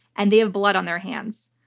and they have blood on their hands.